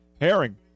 Herring